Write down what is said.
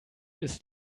ist